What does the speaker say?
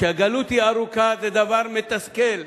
כשהגלות היא ארוכה, זה דבר מתסכל,